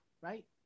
right